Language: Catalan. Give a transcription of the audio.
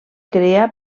crea